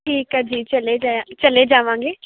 ਠੀਕ ਹੈ ਜੀ ਚਲੇ ਜਾਏ ਚਲੇ ਜਾਵਾਂਗੇ